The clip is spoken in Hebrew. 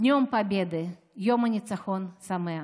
(אומרת ברוסית ומתרגמת:) יום הניצחון שמח.